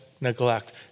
neglect